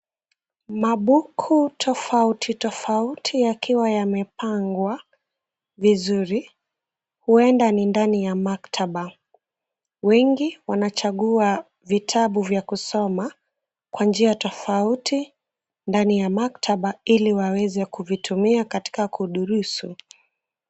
Mabuku tofauti tofauti yakiwa yamepangwa vizuri, huenda ni ndani ya maktaba .Wengi wanachagua vitabu vya kusoma kwa njia tofauti ndani ya maktaba ili waweze kuvitumia katika kudurusu.